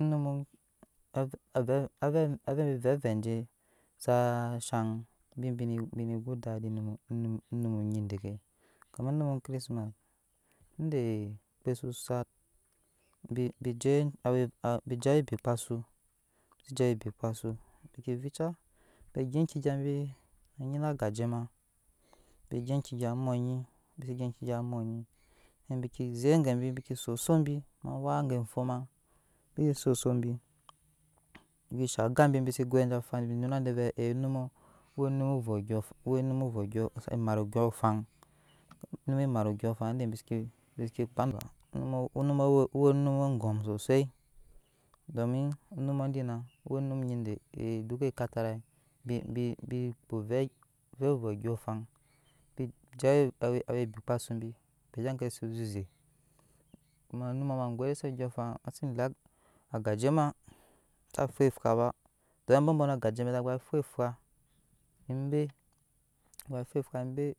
Onum nyi hositation je saa shan ebi bing go edadi onum nyi deke onum christmas inde gbe zu sat bije awa bikpa su mek bi seje we bikpasu bi viju bigyya enkegya bi nyina ageje ma bi gya ake gya bmanyi nabi ken jek gebi susu bi ma wak fo gafoma mek bisi susu bi nabike shan aga bi se ga aje fah bi nana de vee nummo wo num ovee wo nun ovee sa mat ondyoo fan num maro ongyoofan ende bi zeke kpaa anum wo enum angom sosoi domi nummo dinna konyi nyi de vee dukka ekata rabibi kpoovee ondyoofan bije awa bikpa su bi kpaa egya ke zi zeze hasitation godese ondyɔɔfan agaje ma sa faa efaa ba don abombɔ nɔ agaje be sa faa efaa be